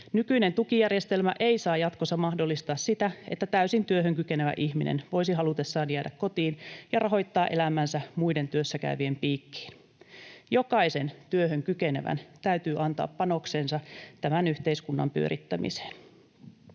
Nykyinen tukijärjestelmä ei saa jatkossa mahdollistaa sitä, että täysin työhön kykenevä ihminen voisi halutessaan jäädä kotiin ja rahoittaa elämänsä muiden, työssäkäyvien, piikkiin. Jokaisen työhön kykenevän täytyy antaa panoksensa tämän yhteiskunnan pyörittämiseen.